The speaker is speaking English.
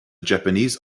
japanese